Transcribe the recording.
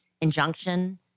injunction